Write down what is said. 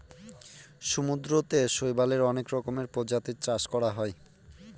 সমুদ্রতে শৈবালের অনেক রকমের প্রজাতির চাষ করা হয়